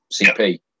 cp